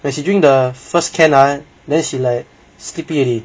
when she drink the first can ah then she like sleepy already